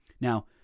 Now